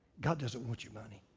god doesn't want you money.